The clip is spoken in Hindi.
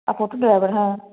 आप ऑटो ड्राइवर हैं